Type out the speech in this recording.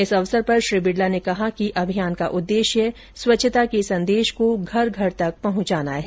इस अवसर पर श्री बिडला ने कहा कि इस अभियान का उददेश्य स्वच्छता के संदेश को घर घर तक पहंचाना है